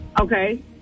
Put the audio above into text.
Okay